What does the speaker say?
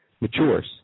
matures